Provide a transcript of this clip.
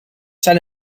set